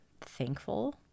thankful